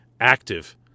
active